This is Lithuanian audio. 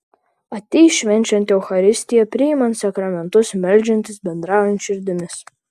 ateis švenčiant eucharistiją priimant sakramentus meldžiantis bendraujant širdimis